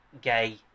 gay